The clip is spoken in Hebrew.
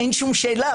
אין שאלה.